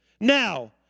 Now